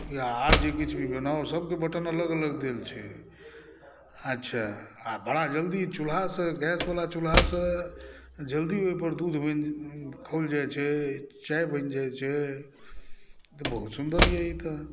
या आर जे किछु भी बनाउ सभके बटन अलग अलग देल छै अच्छा आर बड़ा जल्दी चूल्हासॅं गैसवला चूल्हासॅं जल्दी ओहि पर दूध बनि खोलि जाइ छै चाय बनि जाइ छै ई तऽ बहुत सुन्दर अइ ई तऽ